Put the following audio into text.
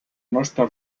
nostre